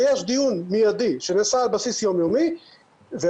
ויש דיון מיידי שנעשה על בסיסי יום יומי ובחלק